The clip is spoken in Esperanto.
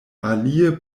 alie